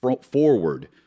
forward